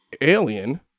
Alien